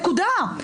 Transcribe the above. נקודה.